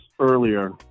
earlier